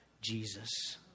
Jesus